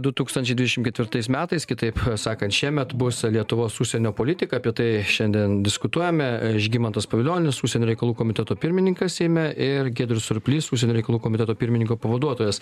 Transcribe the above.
du tūkstančiai dvidešim ketvirtais metais kitaip sakant šiemet bus lietuvos užsienio politika apie tai šiandien diskutuojame žygimantas pavilionis užsienio reikalų komiteto pirmininkas seime ir giedrius surplys užsienio reikalų komiteto pirmininko pavaduotojas